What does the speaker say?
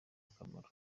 akamaro